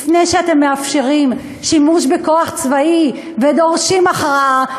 משפט אחרון: לפני שאתם מאפשרים שימוש בכוח צבאי ודורשים הכרעה,